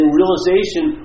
realization